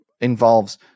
involves